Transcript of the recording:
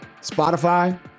Spotify